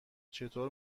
چطور